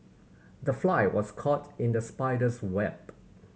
the fly was caught in the spider's web